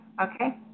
Okay